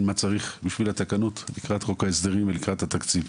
את מה שצריך עבור התקנות לקראת חוק ההסדרים ולקראת התקציב,